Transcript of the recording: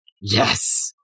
Yes